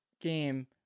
game